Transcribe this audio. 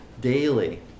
daily